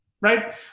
Right